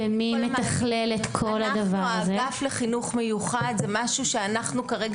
(אומרת דברים בשפת הסימנים,